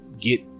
get